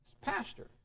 Pastor